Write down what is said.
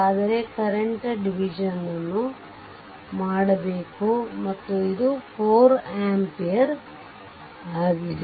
ಆದರೆ current division ನ್ನು ಮಾಡಬೇಕು ಮತ್ತು ಇದು 4 ಆಂಪಿಯರ್ ಆಗಿದೆ